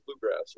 bluegrass